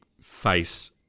face